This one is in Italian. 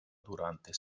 durante